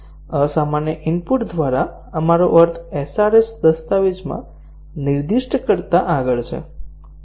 અસામાન્ય ઇનપુટ દ્વારા આપણો અર્થ SRS દસ્તાવેજમાં નિર્દિષ્ટ કરતાં આગળ છે